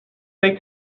make